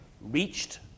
Reached